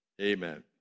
Amen